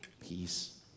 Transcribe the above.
Peace